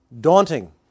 daunting